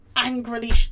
angrily